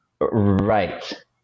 Right